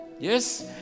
Yes